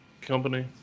Company